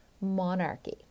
monarchy